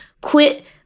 quit